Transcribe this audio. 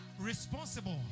responsible